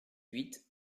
huit